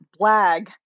blag